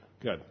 good